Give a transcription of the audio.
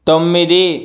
తొమ్మిది